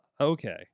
okay